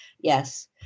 Yes